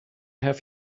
have